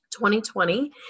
2020